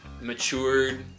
matured